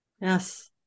Yes